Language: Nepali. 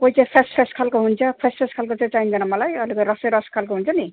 कोही चाहिँ फ्यास्स फ्यास्स खालको हुन्छ फ्यास्स फ्यास्स खालको चाहिँ चाहिँदैन मलाई अलिक रसैरस खालको हुन्छ नि